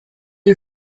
you